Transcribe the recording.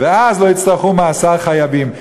ואז לא יצטרכו מאסר חייבים.